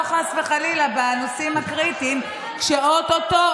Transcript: לא חס וחלילה בנושאים הקריטיים שאו-טו-טו,